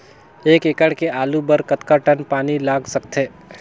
एक एकड़ के आलू बर कतका टन पानी लाग सकथे?